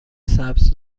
سبز